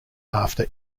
after